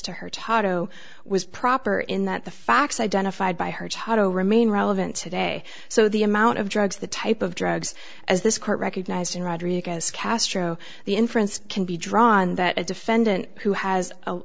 to her toto was proper in that the facts identified by her toto remain relevant today so the amount of drugs the type of drugs as this court recognized in rodriguez castro the inference can be drawn that a defendant who has a